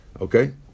Okay